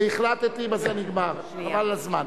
החלטתי, בזה נגמר, חבל על הזמן.